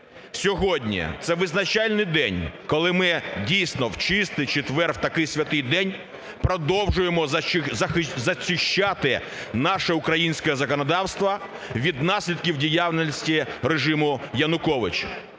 Сьогодні – це визначальний день коли ми, дійсно, в чистий четвер, в такий святий день продовжуємо зачищати наше українське законодавство від наслідків діяльності режиму Януковича.